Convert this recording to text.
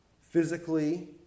physically